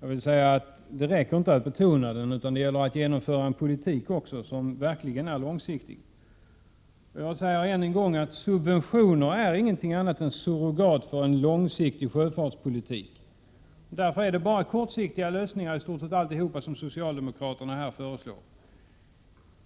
Jag vill säga att det inte räcker att betona långsiktigheten, utan det gäller att genomföra en politik som verkligen är långsiktig. Än en gång vill jag påpeka att subventioner inte är någonting annat än surrogat för en långsiktig sjöfartspolitik. Därför är socialdemokraternas förslag i stort sett bara kortsiktiga lösningar.